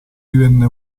divenne